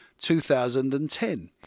2010